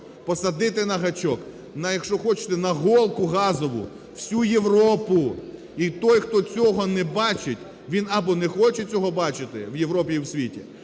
посадити на гачок, якщо хочете, на голку газову всю Європу. І той, хто цього не бачить, він або не хоче цього бачити в Європі і в світі,